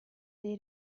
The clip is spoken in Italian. dei